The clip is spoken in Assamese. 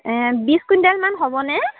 বিছ কুইণ্টেলমান হ'বনে